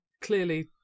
clearly